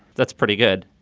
that's pretty good.